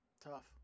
tough